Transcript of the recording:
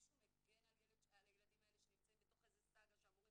מישהו מגן על הילדים האלה שנמצאים בתוך סאגה שאמורים